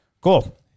cool